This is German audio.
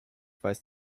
weist